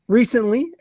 recently